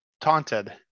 taunted